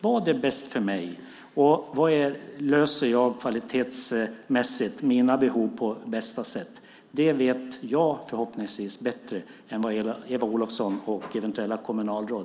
Vad är bäst för mig, och var löser jag kvalitetsmässigt mina behov på bästa sätt? Det vet jag förhoppningsvis bättre än Eva Olofsson och eventuella kommunalråd.